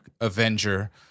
Avenger